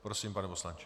Prosím, pane poslanče.